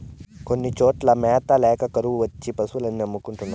కొన్ని చోట్ల మ్యాత ల్యాక కరువు వచ్చి పశులు అన్ని అమ్ముకుంటున్నారు